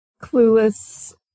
clueless